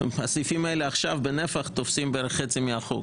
הסעיפים האלה בנפח תופסים עכשיו בערך חצי מהחוק.